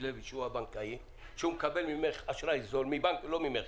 לוי שהוא הבנקאי ומקבל ממך אשראי זול לא ממך,